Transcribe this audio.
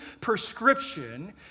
prescription